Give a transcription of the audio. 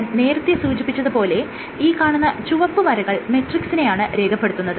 ഞാൻ നേരത്തെ സൂചിപ്പിച്ചത് പോലെ ഈ കാണുന്ന ചുവന്ന വരകൾ മെട്രിക്സിനെയാണ് രേഖപ്പെടുത്തുന്നത്